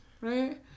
right